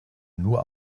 nur